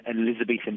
Elizabethan